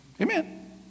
Amen